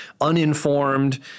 uninformed